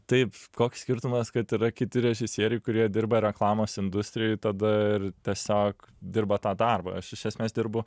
taip koks skirtumas kad yra kiti režisieriai kurie dirba reklamos industrijoj tada ir tiesiog dirba tą darbą aš iš esmės dirbu